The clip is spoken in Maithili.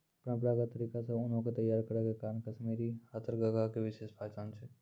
परंपरागत तरीका से ऊनो के तैय्यार करै के कारण कश्मीरी हथकरघा के विशेष पहचान छै